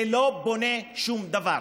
זה לא בונה שום דבר.